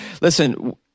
listen